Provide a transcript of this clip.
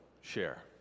share